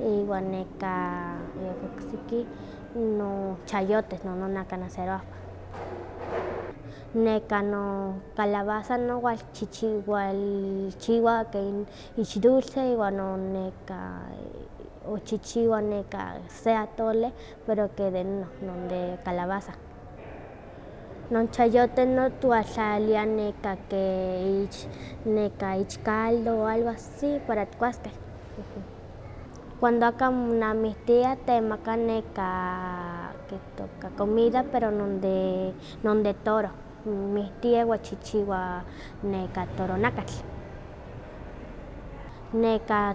iwa neka oksiki no chayotes nono ka nacerowah. Nekah no calabaza no walchichiwa niwalchiwa ke ich dulce iwa neka kchihiwa neka se atole pero ke de nono de calabaza. Non chayote no twaltlalilia neka ke ich neka ich caldo o algo así para tikuaskeh. Cuando aka monamiktiaktemaka neka keh toka comida pero non de non de toro, kmiktiah wan kchihchiwa non toronakatl.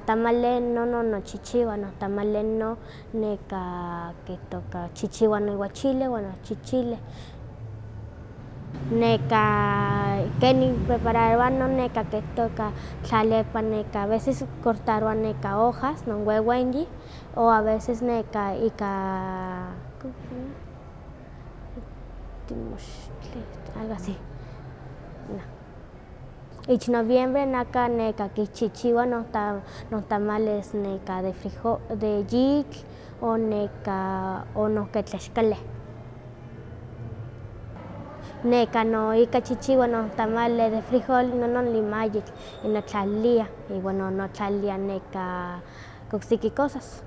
Tamali nono nokchihchiwah, tamale no kchichiwa noiwa chile iwa no chichile. Nekah ken niprepararowah no neka tle toka kitlalia no aveces cortarowah hojas non wewenyi o a veces ika ich noviembre naka kichihchiwa non non tamatel de frijo- de yitl o nohke tlaxkali. Nekan noik kichihchiwa tamale de frijol, inon limayetl, ino ttlaliliah, iwa nono ttlalilia no oksiki cosas.